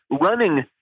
running